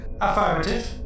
Affirmative